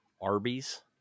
Arby's